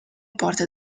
porte